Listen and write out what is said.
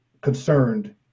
concerned